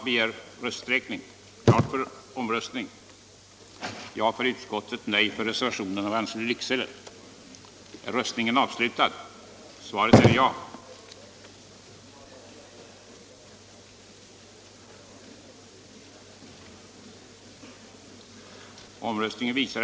I det följande redovisas endast de punkter, vid vilka under överläggningen framställts särskilda yrkanden.